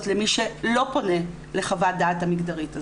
למי שלא פונה לחוות הדעת המגדרית הזאת.